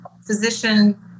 physician